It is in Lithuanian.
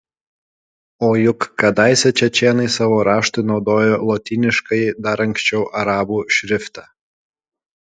o juk kadaise čečėnai savo raštui naudojo lotyniškąjį dar anksčiau arabų šriftą